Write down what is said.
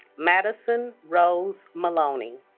madison rose maloney